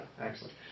excellent